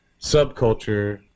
subculture